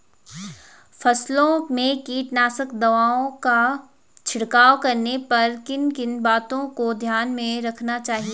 फसलों में कीटनाशक दवाओं का छिड़काव करने पर किन किन बातों को ध्यान में रखना चाहिए?